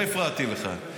לא הפרעתי לך.